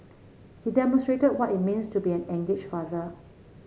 he demonstrated what it means to be an engaged father